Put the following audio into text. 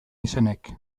izenek